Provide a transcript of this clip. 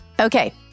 Okay